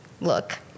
look